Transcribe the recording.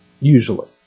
Usually